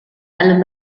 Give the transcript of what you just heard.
allan